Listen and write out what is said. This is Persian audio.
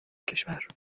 کشور